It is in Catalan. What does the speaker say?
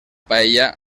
paella